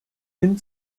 hin